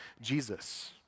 Jesus